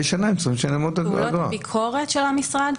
פעולות ביקורת של המשרד,